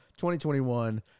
2021